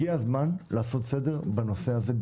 הגיע הזמן לעשות סדר בנושא הזה.